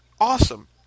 awesome